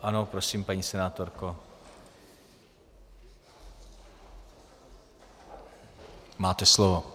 Ano, prosím, paní senátorko, máte slovo.